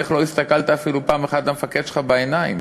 איך לא הסתכלת אפילו פעם אחת למפקד שלך בעיניים?